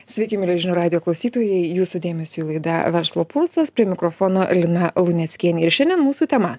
sveiki mieli žinių radijo klausytojai jūsų dėmesiui laida verslo pulsas prie mikrofono lina luneckienė ir šiandien mūsų tema